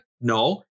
No